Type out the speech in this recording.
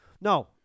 No